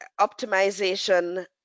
optimization